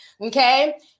okay